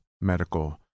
medical